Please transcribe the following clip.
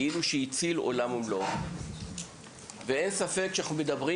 כאילו שהציל עולם ומלואו ואין ספק שאנחנו מדברים